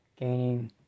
gaining